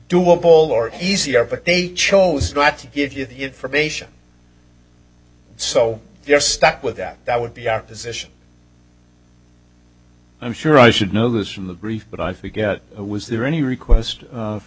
ball or easier but they chose not to give you the information so you're stuck with that that would be our position i'm sure i should know this from the brief but i forget who was there any request